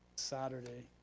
saturday,